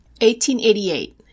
1888